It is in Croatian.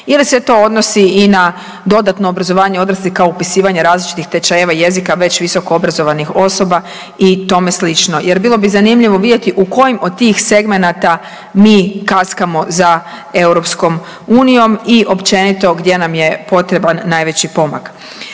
ili se to odnosi i na dodatno obrazovanje odraslih kao upisivanje različitih tečajeva jezika već visokoobrazovanih osoba i tome sl., jer bilo bi zanimljivo vidjeti u kojim od tih segmenata mi kaskamo za Europskom unijom i općenito gdje nam je potreban najveći pomak.